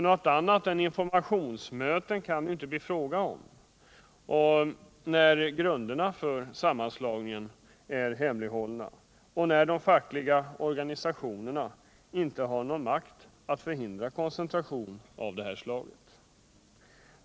Något annat än informationsmöten kan det ju inte bli fråga om när grunderna för sammanslagningen är hemlighållna och när de fackliga organisationerna inte har makt att hindra en koncentration av det här slaget.